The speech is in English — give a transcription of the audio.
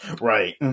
Right